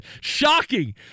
shocking